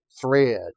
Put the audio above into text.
thread